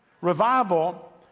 Revival